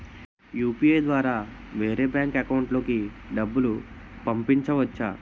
UPI ద్వారా వేరే bank account లోకి డబ్బులు పంపించవచ్చా?